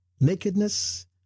nakedness